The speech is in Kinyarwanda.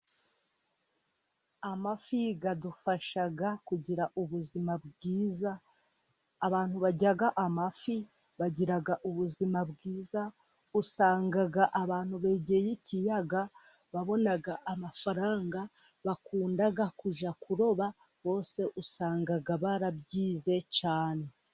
Amafi adufasha kugira ubuzima bwiza, abantu barya amafi bagira ubuzima bwiza usanga abantu begereye ikiyaga babona amafaranga, bakunda kujya kuroba bose usanga barabyize cyane.